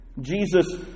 Jesus